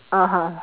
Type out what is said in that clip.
(uh huh)